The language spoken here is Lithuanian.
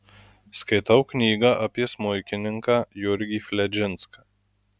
skaitau knygą apie smuikininką jurgį fledžinską